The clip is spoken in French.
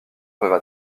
peuvent